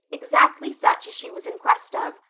exactly such as she was in quest of,